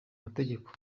mategeko